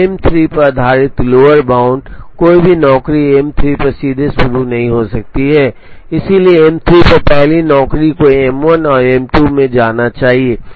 अब M3 पर आधारित लोअर बाउंड कोई भी नौकरी M3 पर सीधे शुरू नहीं हो सकती है इसलिए M3 पर पहली नौकरी को M1 और M2 में जाना चाहिए